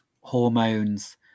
hormones